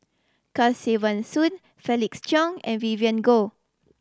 Kesavan Soon Felix Cheong and Vivien Goh